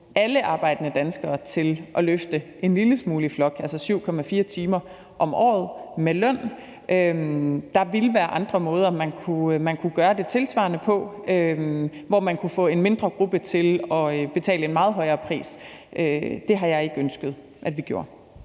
alle arbejdende danskere til at løfte en lille smule i flok på, altså 7,4 timer om året med løn. Der ville være andre måder, man kunne gøre det tilsvarende på, altså hvor man kunne få en mindre gruppe til at betale en meget højere pris. Det har jeg ikke ønsket, at vi gjorde.